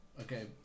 Okay